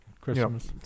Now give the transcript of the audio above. Christmas